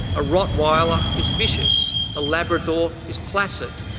a rottweiler is vicious, a labrador is placid,